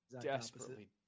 desperately